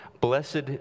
Blessed